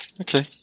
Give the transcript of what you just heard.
Okay